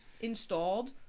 Installed